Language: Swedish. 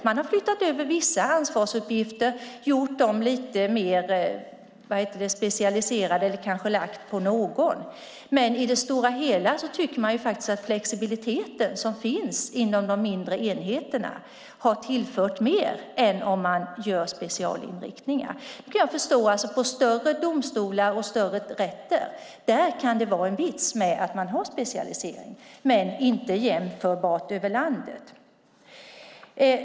Man har flyttat över vissa ansvarsuppgifter, gjort dem lite mer specialiserade eller lagt på någon. Men i det stora hela menar man att den flexibilitet som finns inom de mindre enheterna har tillfört mer än specialinriktningar. Jag förstår att på större domstolar och större rätter kan det vara en vits med en specialisering men inte allmänt över landet.